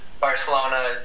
Barcelona